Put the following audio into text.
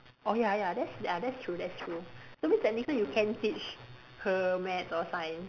orh ya ya that's uh that's true that's true so means technically you can teach her maths or science